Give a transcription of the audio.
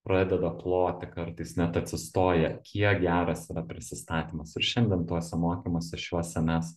pradeda ploti kartais net atsistoję kiek geras prisistatymas ir šiandien tuose mokymuose šiuose mes